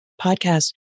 podcast